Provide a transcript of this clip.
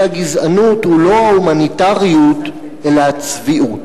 הגזענות הוא לא ההומניטריות אלא הצביעות,